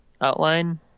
outline